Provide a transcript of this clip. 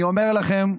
אני אומר לכם,